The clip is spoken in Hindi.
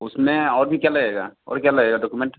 उसमें और भी क्या लगेगा और क्या लगेगा डॉकुमेंट